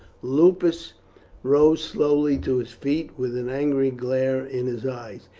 lupus rose slowly to his feet with an angry glare in his eyes.